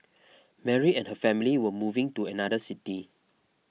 Mary and her family were moving to another city